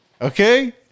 Okay